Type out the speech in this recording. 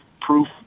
proof